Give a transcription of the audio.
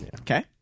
okay